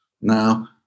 Now